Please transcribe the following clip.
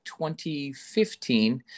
2015